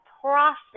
process